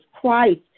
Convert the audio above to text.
Christ